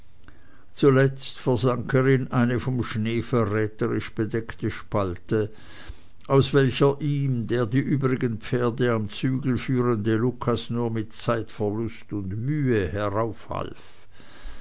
zuletzt versank er in eine vom schnee verräterisch bedeckte spalte aus welcher ihm der die übrigen pferde am zügel führende lucas nur mit zeitverlust und mühe